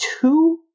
two